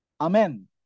Amen